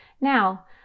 Now